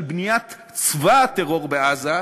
של בניית צבא הטרור בעזה,